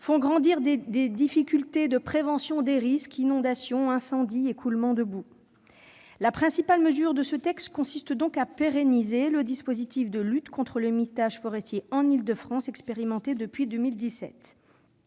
et rendent plus difficile la prévention des risques d'inondation, d'incendie et d'écoulement de boue. La principale mesure de ce texte consiste donc à pérenniser le dispositif de lutte contre le mitage forestier en Île-de-France, expérimenté depuis 2017.